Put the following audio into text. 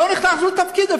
לא נכנסנו לתפקיד,